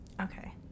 okay